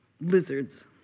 lizards